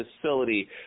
facility